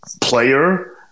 player –